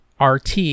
RT